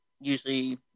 usually